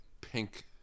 pink